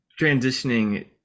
transitioning